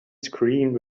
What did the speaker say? screamed